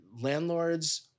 landlords